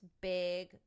big